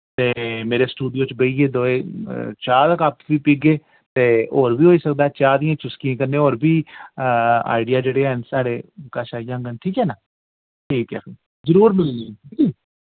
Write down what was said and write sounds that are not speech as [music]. ते मेरे स्टूडियो च बेहियै दोएं चाह् दा कप वि पीगे ते और वि होई सकदा चाह् दियां चुस्कियें कन्नै और बि आईडिया जेह्ड़े हैन साढ़े कच्छ आई जांगन ठीक ऐ ना ठीक ऐ जरूर [unintelligible]